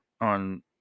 on